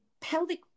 pelvic